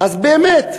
אז באמת,